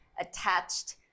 attached